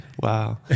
wow